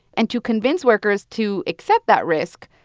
and to convince workers to accept that risk,